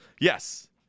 Yes